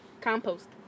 Compost